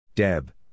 Deb